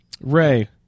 Ray